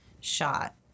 shot